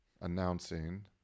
announcing